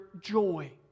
joy